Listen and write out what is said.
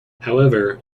however